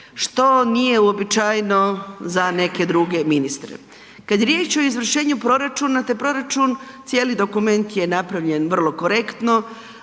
što nije uobičajeno za neke druge ministre. Kad je riječ o izvršenju proračuna, taj proračun, cijeli dokument je napravljen vrlo korektno,